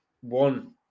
one